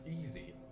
Easy